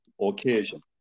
occasion